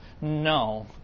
no